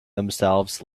themselves